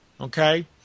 okay